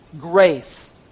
grace